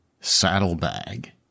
saddlebag